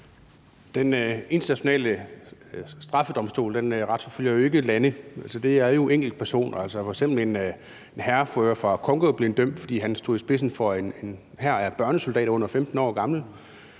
Den Internationale Straffedomstol retsforfølger jo ikke lande – det er jo enkeltpersoner. F.eks. er en hærfører fra Congo blevet dømt, fordi han stod i spidsen for en hær, hvor soldaterne var under 15 år.